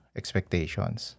expectations